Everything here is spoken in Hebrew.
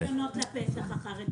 אל תדאג להכנות לפסח של החרדים....